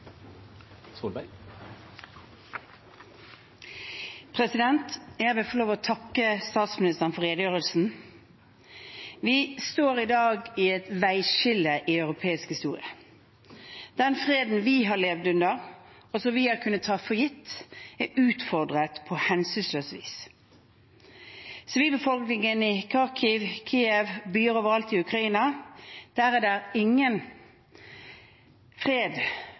Jeg vil få lov til å takke statsministeren for redegjørelsen. Vi står i dag ved et veiskille i europeisk historie. Den freden vi har levd i, og som vi har kunnet ta for gitt, er utfordret på hensynsløst vis. For sivilbefolkningen i Kharkiv og Kyiv – og i byer overalt i Ukraina – er det ingen fred